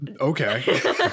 Okay